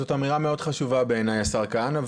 זאת אמירה מאוד חשובה בעיניי השר כהנא.